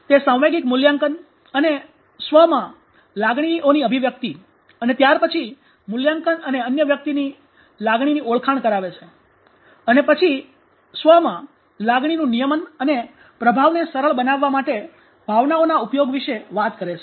તે સાંવેગિક મૂલ્યાંકન અને 'સ્વ' સ્વયં માં લાગણીઓની અભિવ્યક્તિ અને ત્યાર પછી મૂલ્યાંકન અને અન્ય વ્યક્તિની લાગણીની ઓળખાણ કરાવે છે અને પછી સ્વયંમ માં લાગણીનું નિયમન અને પ્રભાવને સરળ બનાવવા માટે ભાવનાઓના ઉપયોગ વિશે વાત કરે છે